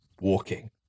walking